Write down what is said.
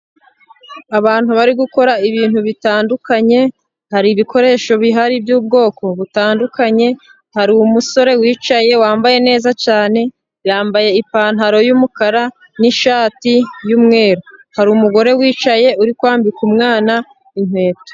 Abantu bari gukora ibintu bitandukanye, hari ibikoresho bihari by'ubwoko butandukanye, hari umusore wicaye wambaye neza cyane, yambaye ipantaro y'umukara, n'ishati y'umweru. Hari umugore wicaye uri kwambika umwana inkweto.